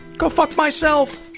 go fuck myself